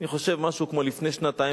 אני חושב משהו כמו לפני שנתיים,